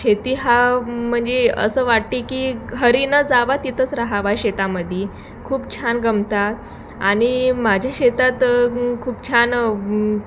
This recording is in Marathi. शेती हा म्हणजे असं वाटते की घरी न जावा तिथंच रहावा शेतामध्ये खूप छान गमतात आणि माझ्या शेतात खूप छान